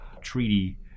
treaty